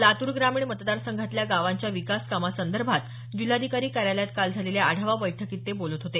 लातूर ग्रामीण मतदारसंघातल्या गावांच्या विकास कामांसंदर्भात जिल्हाधिकारी कार्यालयात काल झालेल्या आढावा बैठकीत ते बोलत होते